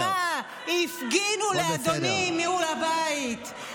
מי ישמע, הפגינו לאדוני מול הבית.